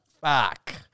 Fuck